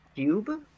cube